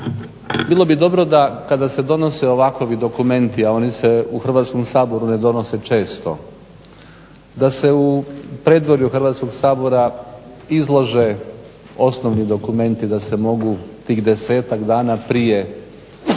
bilo bi dobro kada se donose ovakovi dokumenti a oni se u Hrvatskom saboru ne donose često, da se u predvorju Hrvatskog sabora izlože osnovi dokumenti da se mogu tih desetak dana prije nego što